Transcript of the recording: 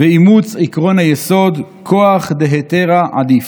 ואימוץ עקרון היסוד: כוח דהיתרא עדיף,